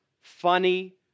funny